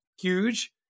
huge